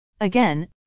Again